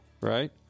right